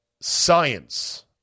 Science